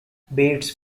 bates